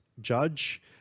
judge